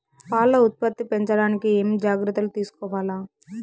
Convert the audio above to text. పాల ఉత్పత్తి పెంచడానికి ఏమేం జాగ్రత్తలు తీసుకోవల్ల?